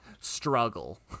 Struggle